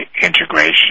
integration